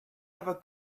ever